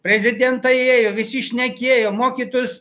prezidentai ėjo visi šnekėjo mokytojus